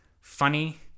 funny